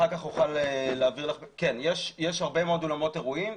יש הרבה אולמות אירועים,